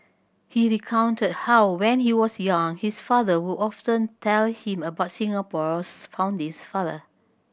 he recounted how when he was young his father would often tell him about Singapore's founding father